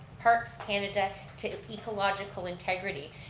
parks canada to ecological integrity.